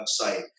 website